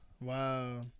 Wow